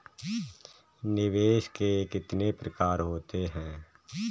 निवेश के कितने प्रकार होते हैं?